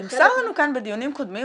נמסר לנו כאן בדיונים קודמים,